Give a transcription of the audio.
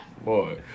Boy